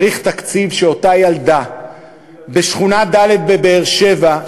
צריך תקציב כדי שאותה ילדה בשכונה ד' בבאר-שבע,